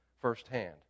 firsthand